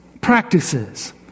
practices